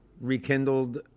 rekindled